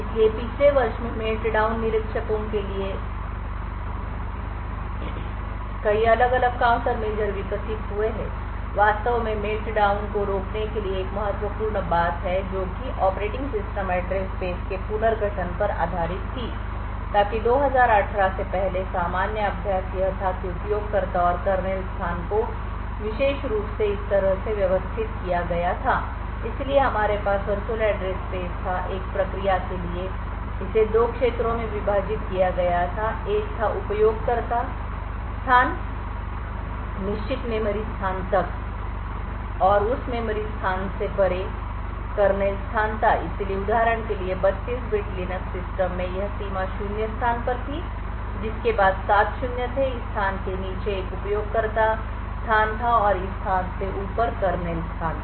इसलिए पिछले वर्ष में मेल्टडाउन निरीक्षकों के लिए कई अलग अलग काउंटर मेजर विकसित हुए हैं वास्तव में मेल्टडाउन को रोकने के लिए एक महत्वपूर्ण बात है जो कि ऑपरेटिंग सिस्टम एड्रेस स्पेस के पुनर्गठन पर आधारित था ताकि 2018 से पहले सामान्य अभ्यास यह था की उपयोगकर्ता और कर्नेल स्थान को विशेष रूप से इस तरह से व्यवस्थित किया गया था इसलिए हमारे पास वर्चुअल एड्रेस स्पेस था एक प्रक्रिया के लिए इसे दो क्षेत्रों में विभाजित किया गया था एक था उपयोगकर्ता स्थान एक निश्चित मेमोरी स्थान तक और उस मेमोरी स्थान से परे बाद कर्नेल स्थान था इसलिए उदाहरण के लिए 32 बिट लिनक्स सिस्टम में यह सीमा शून्य स्थान पर थी जिसके बाद सात शून्य थे इस स्थान के नीचे एक उपयोगकर्ता स्थान था और इस स्थान के ऊपर कर्नेल स्थान था